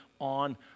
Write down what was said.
on